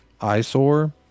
eyesore